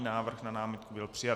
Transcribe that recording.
Návrh na námitku byl přijat.